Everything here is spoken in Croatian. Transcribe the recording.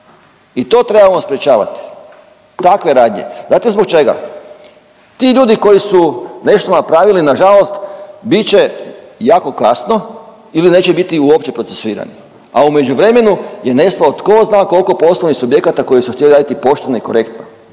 i to trebamo sprječavati, takve radnje. Znate zbog čega? Ti ljudi koji su nešto napravili nažalost bit će jako kasno ili neće biti uopće procesuirani, a u međuvremenu je nestalo tko zna koliko poslovnih subjekata koji su htjeli raditi pošteno i korektno,